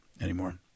anymore